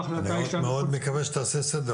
אני מאוד מאוד מקווה שתעשה סדר,